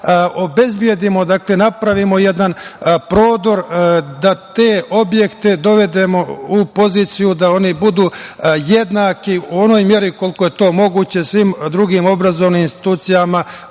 obezbedimo, napravimo jedan prodor da te objekte dovedemo u poziciju da oni budu jednaki u onoj meri koliko je to moguće svim drugim obrazovnim institucijama